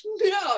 no